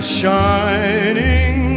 shining